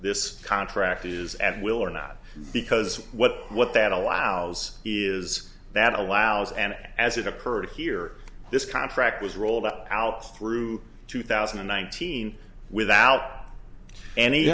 this contract is at will or not because what what that allows is that allows and as it occurred here this contract was rolled up out through two thousand and nineteen without any